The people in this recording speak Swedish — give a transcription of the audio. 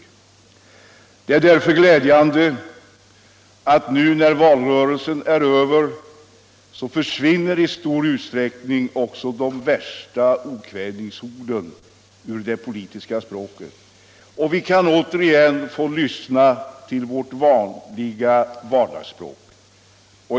Det är därför glädjande att nu, när valrörelsen är över, i stor utsträckning också de värsta okvädinsorden försvinner ur det politiska språket och att vi återigen kan få lyssna till vårt vanliga vardagsspråk.